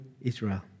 Israel